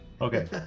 Okay